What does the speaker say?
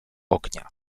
ognia